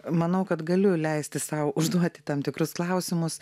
manau kad galiu leisti sau užduoti tam tikrus klausimus